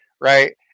Right